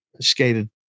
Skated